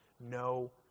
no